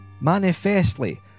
Manifestly